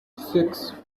six